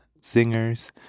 singers